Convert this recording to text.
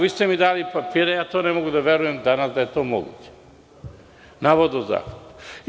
Vi ste mi dali papire, ne mogu da verujem danas da je to moguće, na vodozahvatu.